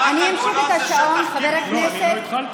חבר הכנסת.